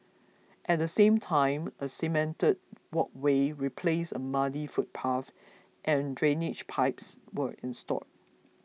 at the same time a cemented walkway replaced a muddy footpath and drainage pipes were installed